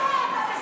תפסיק להסית,